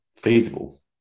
feasible